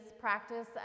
practice